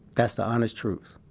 that's the honest truth.